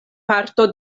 parto